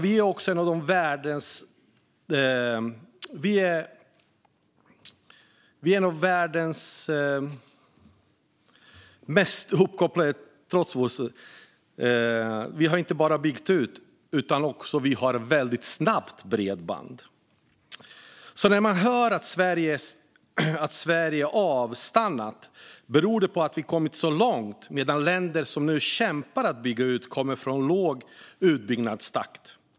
Vi i Sverige har inte bara byggt ut, utan vi har också väldigt snabbt bredband. När man hör att vi i Sverige har avstannat beror det på att vi har kommit så långt, medan länder som nu kämpar med att bygga ut kommer från en låg utbyggnadstakt.